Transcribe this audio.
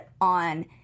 on